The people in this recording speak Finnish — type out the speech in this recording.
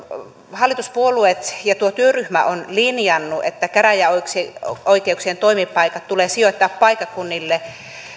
hallituspuolueet ja tuo työryhmä ovat linjanneet että käräjäoikeuksien toimipaikat tulee sijoittaa paikkakunnille